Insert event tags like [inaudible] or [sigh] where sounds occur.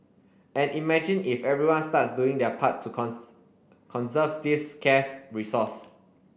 and imagine if everyone starts doing their part to [unintelligible] conserve this scarce resource